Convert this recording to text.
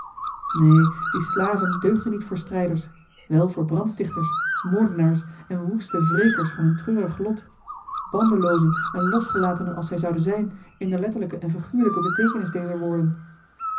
neen die slaven deugden niet voor strijders wel voor brandstichters moordenaars en woeste wrekers van hun treurig lot bandeloozen en losgelatenen als zij zouden zijn in de letterlijke en figuurlijke beteekenis dezer woorden